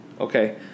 Okay